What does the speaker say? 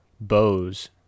bows